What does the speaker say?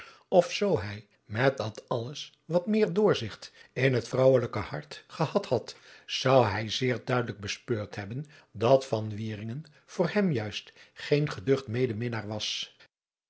zoo hij met dat alles wat meer doorzigt in het vrouwelijke hart gehad had zou hij zeer duidelijk bespeurd hebben dat van wieringen voor hem juist geen geducht medeminnaar was